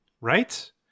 right